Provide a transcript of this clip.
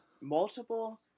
Multiple